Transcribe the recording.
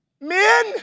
Men